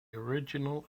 original